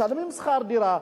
משלמים שכר דירה,